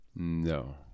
No